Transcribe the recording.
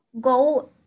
go